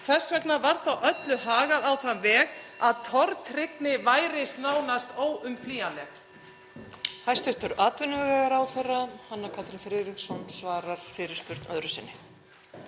hvers vegna var þá öllu hagað á þann veg að tortryggni væri nánast óumflýjanleg?